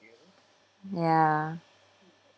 ya